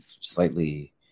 slightly